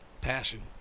Passion